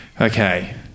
Okay